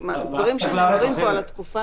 דברים שנאמרים פה על התקופה